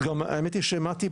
האמת היא שמטי,